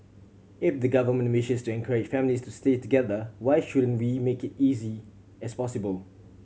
if the government wishes to encourage families to stay together why shouldn't we make it easy as possible